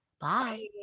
Bye